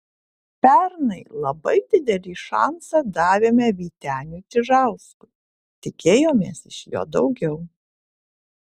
pernai labai didelį šansą davėme vyteniui čižauskui tikėjomės iš jo daugiau